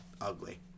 Ugly